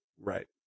Right